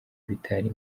bitari